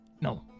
No